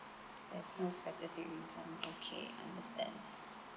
there's no specific reason okay understand